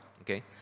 Okay